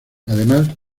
además